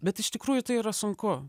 bet iš tikrųjų tai yra sunku